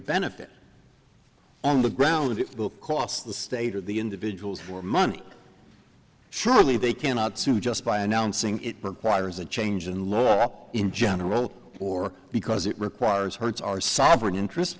benefit on the ground it will cost the state or the individuals for money surely they cannot sue just by announcing it requires a change in law in general or because it requires hurts our sovereign interest